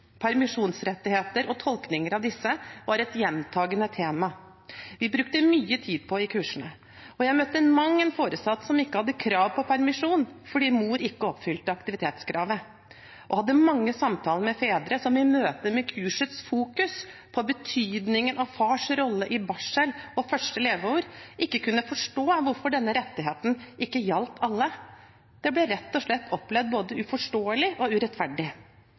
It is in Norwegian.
Permisjonsrettigheter og tolkninger av disse var et gjentakende tema vi brukte mye tid på i kursene. Jeg møtte mang en foresatt som ikke hadde krav på permisjon, fordi mor ikke oppfylte aktivitetskravet, og jeg hadde mange samtaler med fedre som i møte med kursets fokusering på betydningen av fars rolle i barsel og det første leveåret ikke kunne forstå hvorfor denne rettigheten ikke gjaldt alle. Det ble rett og slett opplevd både uforståelig og urettferdig.